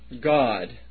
God